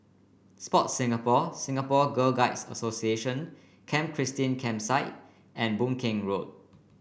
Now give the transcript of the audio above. Sport Singapore Singapore Girl Guides Association Camp Christine Campsite and Boon Keng Road